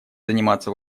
заниматься